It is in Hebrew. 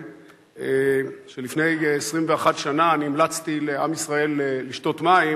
על שלפני 21 שנה אני המלצתי לעם ישראל לשתות מים